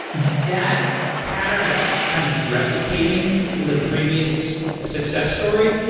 that pattern of kind of just replicating the previous success story,